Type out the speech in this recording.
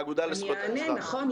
נכון,